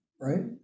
right